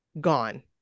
Gone